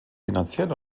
finanziell